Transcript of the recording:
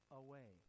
away